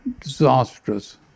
disastrous